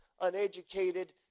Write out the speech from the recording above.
uneducated